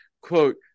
quote